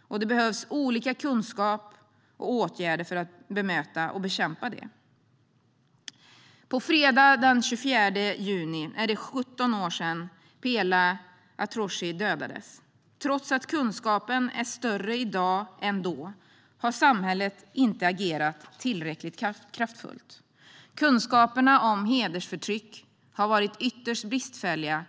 och det behövs olika kunskaper och åtgärder för att bemöta och bekämpa det. På fredag den 24 juni är det 17 år sedan Pela Atroshi dödades. Trots att kunskapen är större i dag än då har samhället inte agerat tillräckligt kraft-fullt. Kunskaperna om hedersförtryck har varit ytterst bristfälliga.